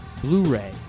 Blu-ray